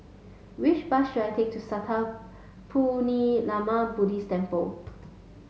which bus should I take to Sattha Buddhist Temple